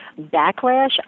Backlash